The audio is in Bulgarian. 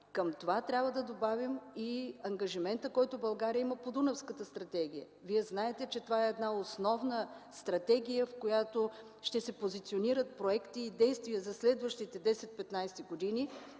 Към това трябва да добавим и ангажимента, който България има по Дунавската стратегия. Вие знаете, че това е една основна стратегия, в която ще се позиционират проекти и действия за следващите 10-15 години.